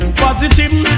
Positive